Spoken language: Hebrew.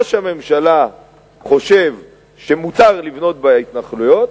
וראש הממשלה חושב שמותר לבנות בהתנחלויות,